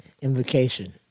invocation